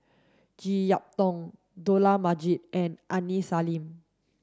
Jek Yeun Thong Dollah Majid and Aini Salim